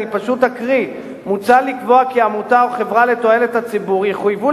אני פשוט אקריא: מוצע לקבוע כי עמותה או חברה לתועלת הציבור יחויבו